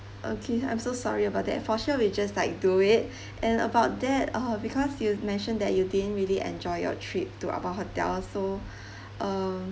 okay I'm so sorry about that for sure we just like do it and about that uh because you mentioned that you didn't really enjoy your trip to our hotel so um